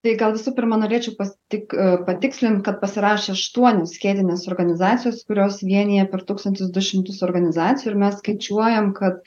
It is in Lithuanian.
tai gal visų pirma norėčiau tik patikslint kad pasirašė aštuonios skėtinės organizacijos kurios vienija per tūkstantis du šimtus organizacijų ir mes skaičiuojam kad